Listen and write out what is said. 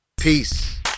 Peace